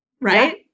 Right